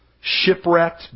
shipwrecked